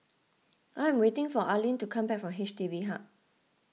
I am waiting for Aylin to come back from H D B Hub